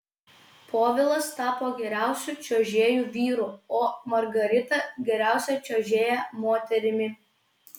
povilas tapo geriausiu čiuožėju vyru o margarita geriausia čiuožėja moterimi